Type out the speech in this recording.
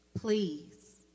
Please